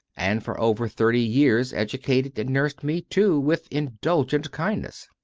and for over thirty years educated and nursed me, too, with indulgent kindness.